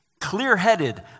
Clear-headed